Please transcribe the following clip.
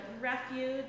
refuge